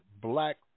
black